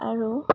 আৰু